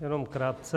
Jenom krátce.